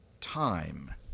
time